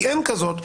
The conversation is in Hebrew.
כי אין כזאת,